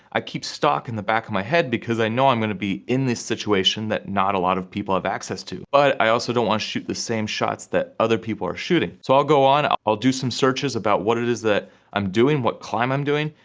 i keep stock in the back of my head because i know i'm gonna be in this situation that not a lot of people have access to. but, i also don't wanna shoot the same shots that other people are shooting. so, i'll go on, i'll do some searches about what it is that i'm doing, what climb i'm doing,